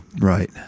Right